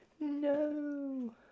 No